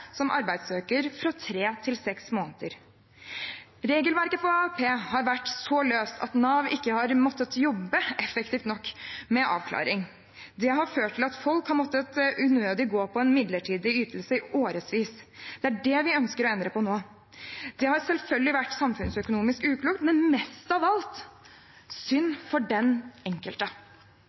som arbeidssøker, fra tre til seks måneder. Regelverket for AAP har vært så løst at Nav ikke har måttet jobbe effektivt nok med avklaring. Det har ført til at folk unødig har måttet gå på en midlertidig ytelse i årevis. Det er det vi ønsker å endre på nå. Det har selvfølgelig vært samfunnsøkonomisk uklokt, men mest av alt synd for den enkelte.